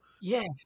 Yes